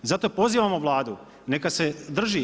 Zato pozivamo Vladu neka se drži.